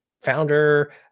founder